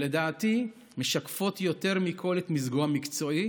שלדעתי משקפות יותר מכול את מזגו המקצועי